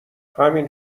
همین